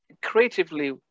creatively